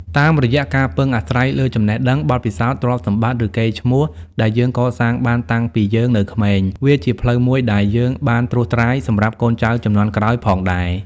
តាមរយៈការពឹងអាស្រ័យលើចំណេះដឹង បទពិសោធន៍ ទ្រព្យសម្បត្តិ ឬកេរ្ដិ៍ឈ្មោះដែលយើងកសាងបានតាំងពីយើងនៅក្មេង វាជាផ្លូវមួយដែលយើងបានត្រួសត្រាយសម្រាប់កូនចៅជំនាន់ក្រោយផងដែរ។